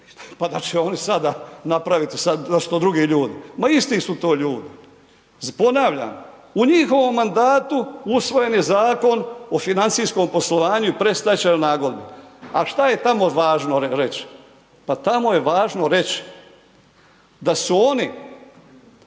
pa da će oni sada napraviti sad, da su to drugi ljudi. Ma isti su to ljudi. Ponavljam, u njihovom mandatu usvojen je Zakon o financijskom poslovanju i predstečajnoj nagodbi. A šta je tamo važno reć? Pa tamo je važno reć da su oni